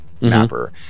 mapper